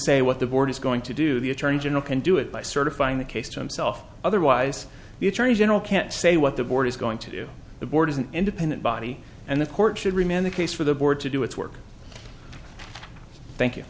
say what the board is going to do the attorney general can do it by certifying the case himself otherwise the attorney general can't say what the board is going to do the board is an independent body and the court should remain the case for the board to do its work thank you